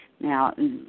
Now